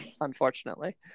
Unfortunately